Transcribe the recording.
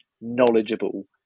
knowledgeable